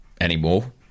anymore